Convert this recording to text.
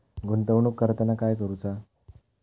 गुंतवणूक करताना काय करुचा?